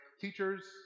teachers